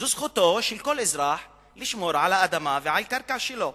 זו זכותו של כל אזרח לשמור על האדמה ועל הקרקע שלו.